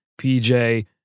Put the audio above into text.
PJ